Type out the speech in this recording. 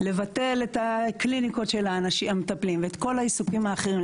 לבטל את הקליניקות של המטפלים ואת כל העיסוקים האחרים.